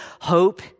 hope